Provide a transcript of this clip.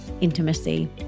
intimacy